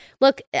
look